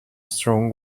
strong